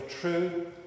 true